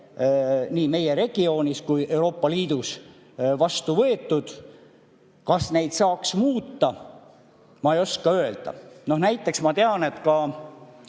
nii meie regioonis kui ka Euroopa Liidus vastu võetud. Kas neid saaks muuta? Ma ei oska öelda. Näiteks ma tean, et ka